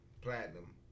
Platinum